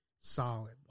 solid